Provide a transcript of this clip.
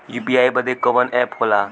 UPI बदे कवन app होला?